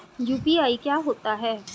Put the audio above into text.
UPI क्या होता है?